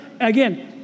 again